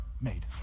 made